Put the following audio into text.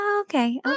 Okay